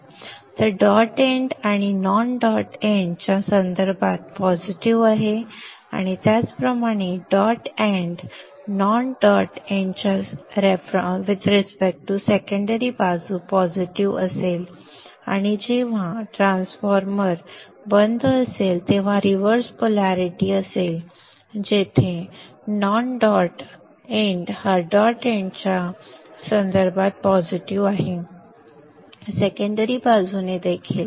तर dot end non dot end च्या संदर्भात पॉझिटिव्ह आहे त्याचप्रमाणे डॉट एंड नॉन डॉट एंडच्या संदर्भात सेकंडरी बाजू पॉझिटिव्ह असेल आणि जेव्हा ट्रान्सफॉर्मर जेव्हा ट्रान्झिस्टर बंद असेल तेव्हा रिव्हर्स पोलॅरिटी असेल जेथे नॉन डॉट एंड हा डॉट एंडच्या संदर्भात पॉझिटिव्ह आहे सेकंडरी बाजूने देखील